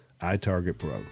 iTargetPro